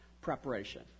preparation